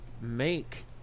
make